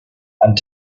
and